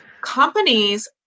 Companies